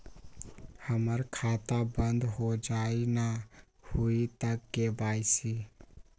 हमर खाता बंद होजाई न हुई त के.वाई.सी?